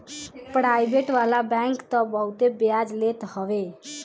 private वाला bank तअ बहुते बियाज लेत हवे